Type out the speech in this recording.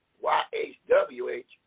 Y-H-W-H